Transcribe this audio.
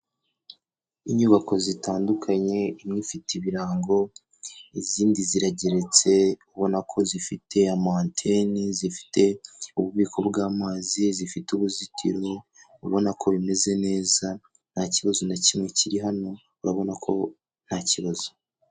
Inyubako zitandukanye imwe ifite ibirango, izindi zirageretse, ubona ko zifite amateni, zifite ububiko bw'amazi ,zifite uruzitiro, ubona ko bimeze neza nta kibazo na kimwe kiri hano urabona ko nta kibazo.